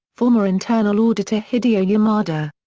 former internal auditor hideo yamada.